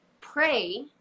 pray